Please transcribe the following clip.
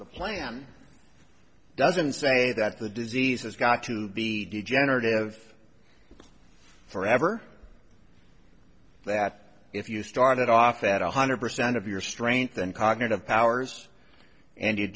the plan doesn't say that the disease has got to be degenerative forever that if you started off that one hundred percent of your strength and cognitive powers and